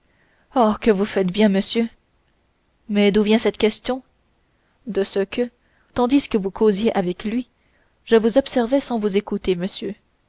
que vous faites bien monsieur mais d'où vient cette question de ce que tandis que vous causiez avec lui je vous observais sans vous écouter monsieur